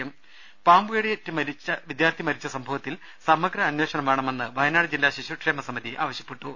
രുട്ട്ട്ട്ട്ട്ട്ട്ട പാമ്പുകടിയേറ്റ് വിദ്യാർത്ഥിനി മരിച്ച സംഭവത്തിൽ സമഗ്ര അന്വേഷണം വേണമെന്ന് വയനാട് ജില്ലാ ശിശുക്ഷേമ സമിതി ആവശ്യപ്പെട്ടു